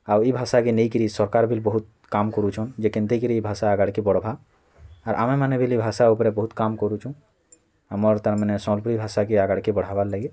ଆଉ ଏ ଭାଷା କେ ନେଇକିରି ସରକାର୍ ବିଲ୍ ବହୁତ କାମ୍ କରୁଛନ୍ ଯେ କେନ୍ତି କିରି ଏ ଭାଷା ଆଗାଡ଼ ବଢ଼ବା ଆର୍ ଆମେ ମାନେ ବେଲି ଏ ଭାଷା ଉପରେ ବହୁତ୍ କାମ୍ କରୁଛୁଁ ଆମର୍ ତା'ର୍ ମାନେ ସମ୍ବଲପୁରୀ ଭାଷା କେ ଆଗାଡ଼ କେ ବଢ଼୍ବାର୍ ଲାଗି